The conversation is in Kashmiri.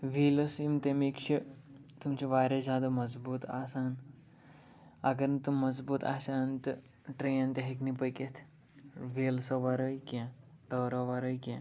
ویٖلٕز یِم تٔمِکۍ چھِ تِم چھِ واریاہ زیادٕ مضبوٗط آسان اگر نہٕ تِم مضبوٗط آسہِ ہان تہٕ ٹرٛین تہِ ہیٚکہِ نہٕ پٔکِتھ ویٖلزو وَرٲے کیٚنٛہہ ٹٲرو وَرٲے کیٚنٛہہ